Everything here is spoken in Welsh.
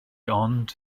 ond